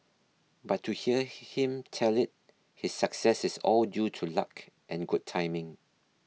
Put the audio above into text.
but to hear him tell it his success is all due to luck and good timing